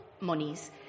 monies